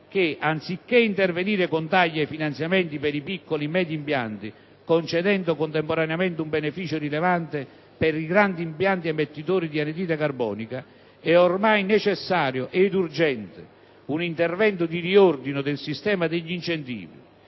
che, anziché intervenire con tagli ai finanziamenti per i piccoli-medi impianti concedendo contemporaneamente un beneficio rilevante per grandi impianti emettitori di anidride carbonica, sia ormai necessario ed urgente un intervento di riordino del sistema degli incentivi,